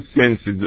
senses